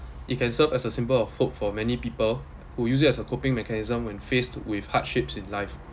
it can serve as a symbol of hope for many people who use it as a coping mechanism when faced with hardships in life